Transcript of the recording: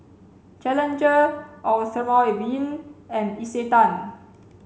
Challenger Eau Thermale Avene and Isetan